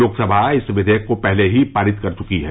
लोकसभा इस विधेयक को पहले ही पारित कर चुकी है